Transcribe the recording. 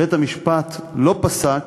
בית-המשפט לא פסק,